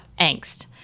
angst